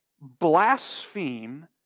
blaspheme